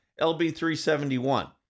LB-371